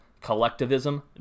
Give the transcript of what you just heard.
Collectivism